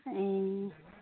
ए